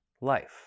life